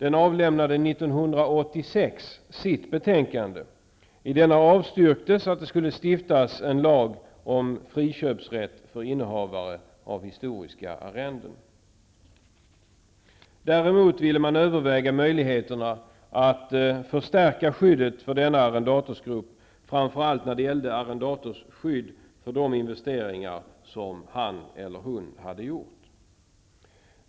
1986 avlämnade den sitt betänkande i vilket man avstyrkte stiftande av lag om friköpsrätt för innehavare av historiska arrenden. Man ville däremot överväga möjligheterna att förstärka skyddet för denna arrendatorsgrupp och då framför allt skyddet med tanke på eventuellt gjorda investeringar.